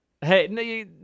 Hey